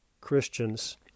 Christians